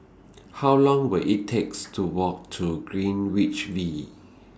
How Long Will IT takes to Walk to Greenwich V